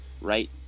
right